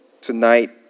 tonight